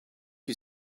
you